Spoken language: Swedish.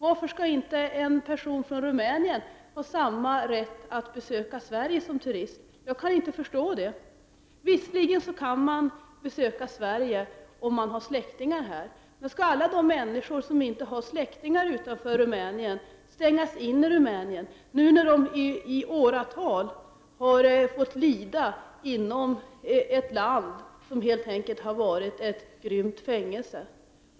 Varför skall inte en person från Rumänien ha samma rätt att besöka Sverige som turist? Jag kan inte förstå det! Visserligen kan man besöka Sverige om man har släktingar här. Men skall alla de människor som inte har släktingar utanför Rumänien stängas inne i landet när de i åratal har fått lida i ett land som helt enkelt har varit ett grymt fängelse?